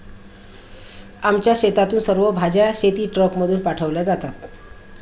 आमच्या शेतातून सर्व भाज्या शेतीट्रकमधून पाठवल्या जातात